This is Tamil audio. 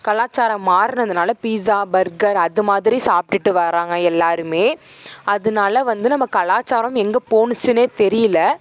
கலாச்சாரம் மாறினதுனால பீஸா பர்கர் அது மாதிரி சாப்பிட்டுட்டு வர்றாங்க எல்லோருமே அதனால வந்து நம்ம கலாச்சாரம் எங்கே போச்சினே தெரியல